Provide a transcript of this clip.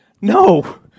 No